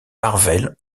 marvel